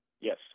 Yes